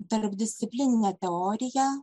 tarpdisciplininė teorija